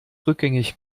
rückgängig